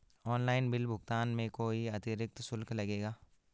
Online bill भुगतान में कोई अतिरिक्त शुल्क लगेगा?